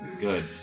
good